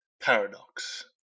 paradox